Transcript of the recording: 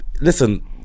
Listen